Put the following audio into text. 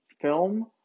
film